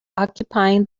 occupying